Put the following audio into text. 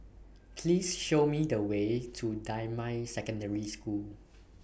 Please Show Me The Way to Damai Secondary School